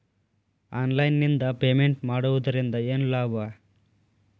Online ನಿಂದ payment ಮಾಡುವುದರಿಂದ ಏನು ಲಾಭ?